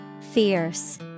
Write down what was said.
Fierce